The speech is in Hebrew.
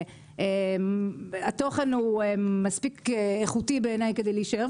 האם התוכן שם מספיק איכותי בעיניי כדי להישאר,